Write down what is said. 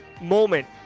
moment